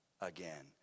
again